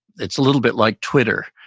it's a little bit like twitter,